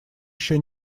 еще